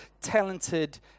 talented